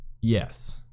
yes